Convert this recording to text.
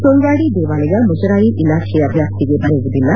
ಸುಳ್ವಾಡಿ ದೇವಾಲಯ ಮುಜರಾಯ ಇಲಾಖೆಯ ವ್ಯಾಪ್ತಿಗೆ ಬರುವುದಿಲ್ಲ